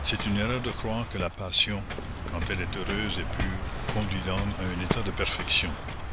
c'est une erreur de croire que la passion quand elle est heureuse et pure conduit l'homme à un état de perfection